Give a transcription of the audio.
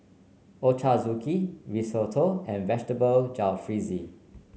Ochazuke Risotto and Vegetable Jalfrezi